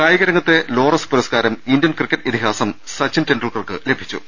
കായിക രംഗത്തെ ലോറസ് പുരസ്കാരം ഇന്ത്യൻ ക്രിക്കറ്റ് ഇതി ഹാസം സച്ചിൻ ടെൻണ്ടുൽക്കർക്ക് ലഭിച്ചു